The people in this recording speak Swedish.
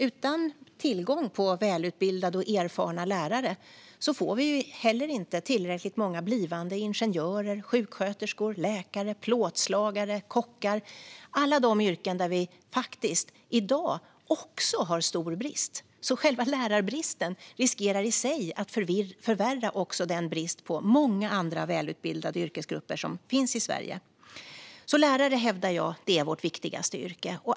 Utan tillgång till välutbildade och erfarna lärare får vi inte heller tillräckligt många blivande ingenjörer, sjuksköterskor, läkare, plåtslagare och kockar - alla de yrken där vi i dag också har stor brist. Själva lärarbristen riskerar alltså att förvärra också den brist på andra välutbildade yrkesgrupper som finns i Sverige. Lärare är alltså, hävdar jag, vårt viktigaste yrke.